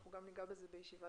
ואנחנו גם ניגע בזה בישיבה